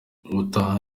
ubutaha